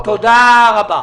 תודה רבה.